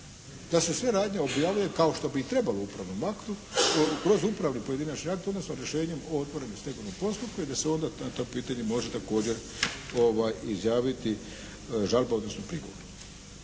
da se sve radnje objavljuju, kao što bi i trebalo u upravnom aktu, kroz upravni pojedinačni akt, odnosno rješenjem o otvorenom stegovnom postupku i da se onda na to pitanje može također izjaviti žalba odnosno prigovor.